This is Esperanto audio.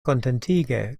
kontentige